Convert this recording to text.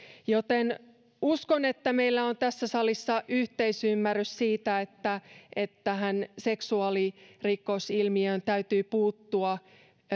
joten uskon että meillä on tässä salissa yhteisymmärrys siitä että että tähän seksuaalirikosilmiöön täytyy puuttua